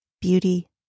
beauty